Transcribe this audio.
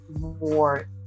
more